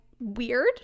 weird